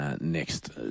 next